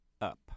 up